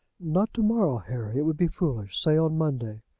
not to-morrow, harry. it would be foolish. say on monday.